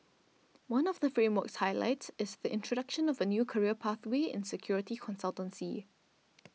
one of the framework's highlights is the introduction of a new career pathway in security consultancy